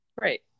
right